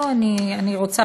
לא, אני לא רוצה,